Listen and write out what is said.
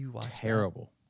Terrible